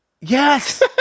Yes